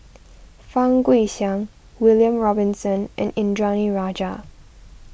Fang Guixiang William Robinson and Indranee Rajah